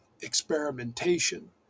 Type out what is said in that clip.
experimentation